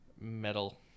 metal